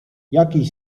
jakiś